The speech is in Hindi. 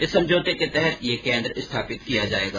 इस समझौते के तहत यह केन्द्र स्थापित किया जाएगा